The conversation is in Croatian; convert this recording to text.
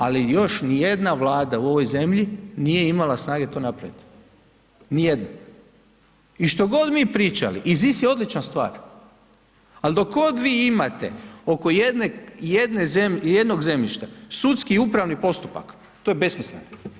Ali, još ni jedna vlada u ovoj zemlji nije imala snage to napraviti, ni jedna i što god mi pričali IZS je odlična stvar, ali dok god vi imate oko jedne, jednog zemljišta, sudski i upravni postupak, to je besmisleno.